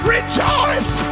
Rejoice